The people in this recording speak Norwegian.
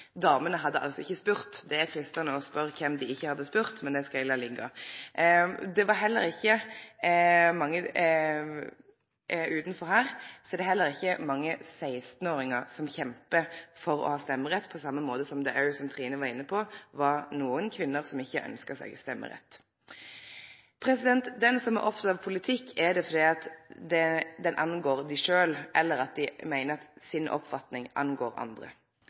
Damene hadde altså ikkje spurt. Det er fristande å spørje kven dei skulle ha spurt, men det skal eg la liggje. Her utanfor er det heller ikkje mange 16-åringar som kjempar for å få stemmerett, på same måte – som òg Trine Skei Grande var inne på – som det òg var nokre kvinner som ikkje ynskte seg stemmerett. Dei som er opptekne av politikk, er det fordi politikken angår dei sjølve eller fordi dei meiner at deira oppfatning angår andre.